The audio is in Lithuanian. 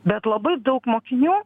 bet labai daug mokinių